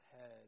head